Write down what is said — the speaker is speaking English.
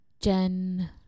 Jen